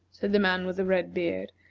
said the man with the red beard.